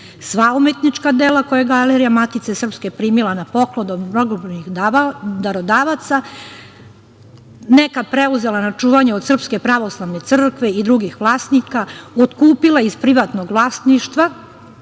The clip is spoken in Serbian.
Sva umetnička dela koje je Galerija Matice srpske primila na poklon od mnogobrojnih darodavaca, neka preuzela na čuvanje od SPC i drugih vlasnika, otkupila iz privatnog vlasništva,